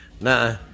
Nah